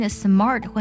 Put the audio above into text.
smart